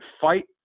fight